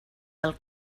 del